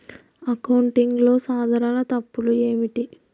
అకౌంటింగ్లో సాధారణ తప్పులు ఏమిటి?